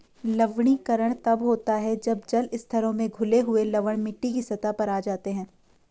लवणीकरण तब होता है जब जल स्तरों में घुले हुए लवण मिट्टी की सतह पर आ जाते है